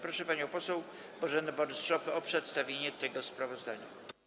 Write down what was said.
Proszę panią poseł Bożenę Borys-Szopę o przedstawienie tego sprawozdania.